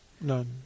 None